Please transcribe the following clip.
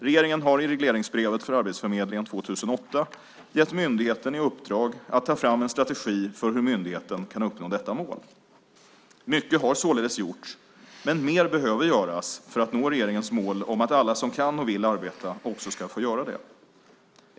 Regeringen har i regleringsbrevet för Arbetsförmedlingen 2008 gett myndigheten i uppdrag att ta fram en strategi för hur myndigheten kan uppnå detta mål. Mycket har således gjorts, men mer behöver göras för att nå regeringens mål om att alla som kan och vill arbeta också ska få göra det.